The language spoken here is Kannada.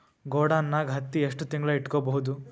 ಗೊಡಾನ ನಾಗ್ ಹತ್ತಿ ಎಷ್ಟು ತಿಂಗಳ ಇಟ್ಕೊ ಬಹುದು?